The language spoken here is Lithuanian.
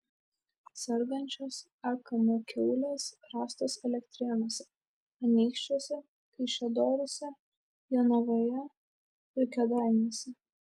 sergančios akm kiaulės rastos elektrėnuose anykščiuose kaišiadoryse jonavoje ir kėdainiuose